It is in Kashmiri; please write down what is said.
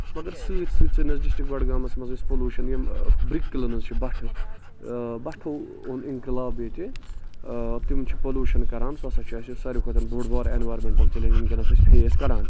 مَگر سۭتۍ سۭتۍ چھُ سٲنس ڈِسٹرک بڈگامَس منٛز أسۍ پٔلوٗشن یِم برِک کِلِنز چھِ یِم بَٹھٕ بَٹھو اوٚن اِنقلاب ییٚتہِ آ تِم چھِ پٔلوٗشن کران سُہ ہسا چھُ اَسہِ ساروی کھۄتہٕ بوٚڑ بارٕ اینورینمیٹَل چیلینج وٕنکیٚنس أسۍ فیس کران